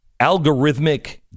algorithmic